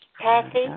Kathy